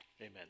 Amen